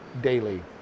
daily